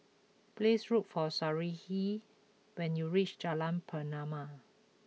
please look for Sarahi when you reach Jalan Pernama